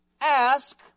ask